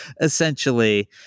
essentially